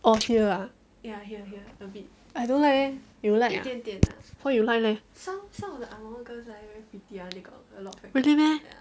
oh here ah I don't like leh you like ah why you like eh really meh